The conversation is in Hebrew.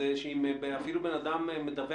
בינוני ובין אם זה עסק גדול יותר שיש לו אנשי מקצוע לידו.